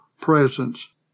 presence